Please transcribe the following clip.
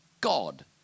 God